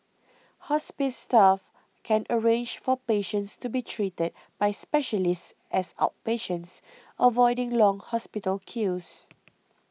hospice staff can arrange for patients to be treated by specialists as outpatients avoiding long hospital queues